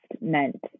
meant